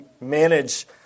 manage